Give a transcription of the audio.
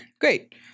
Great